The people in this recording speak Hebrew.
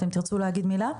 אתם תרצו להגיד מילה?